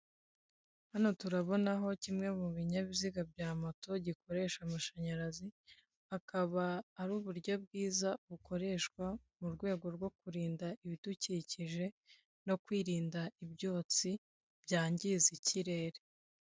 Hano turabona aho kimwe mu binyabiziga bya moto gikoresha amashanyarazi, hakaba ari uburyo bwiza bukoreshwa mu rwego rwo kurinda ibidukikije no kwirinda ibyotsi, byangiza ikirere.